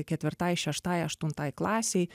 ketvirtai šeštai aštuntai klasei